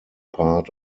part